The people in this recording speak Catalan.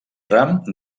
ram